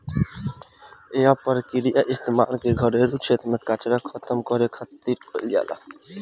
एह प्रक्रिया के इस्तेमाल घरेलू क्षेत्र में कचरा के खतम करे खातिर खातिर कईल जाला